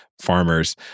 farmers